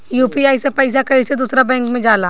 UPI से पैसा कैसे दूसरा बैंक मे जाला?